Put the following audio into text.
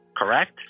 Correct